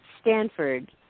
Stanford